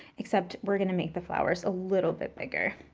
except we're going to make the flowers a little bit bigger.